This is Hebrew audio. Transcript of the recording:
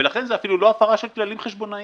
ולכן זה אפילו לא הפרה של כללים חשבוניים.